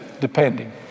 depending